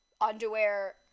underwear